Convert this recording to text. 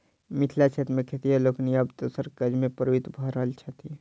मिथिला क्षेत्र मे खेतिहर लोकनि आब दोसर काजमे प्रवृत्त भ रहल छथि